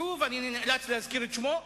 שוב אני נאלץ להזכיר את שמו,